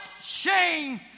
shame